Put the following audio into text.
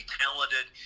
talented